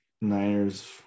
Niners